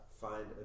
find